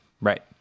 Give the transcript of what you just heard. Right